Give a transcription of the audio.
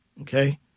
Okay